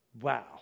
wow